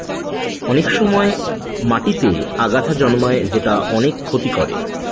অনেক সময় মাটিতেতে আগাছা জন্মায় যেটা অনেক ক্ষতি করে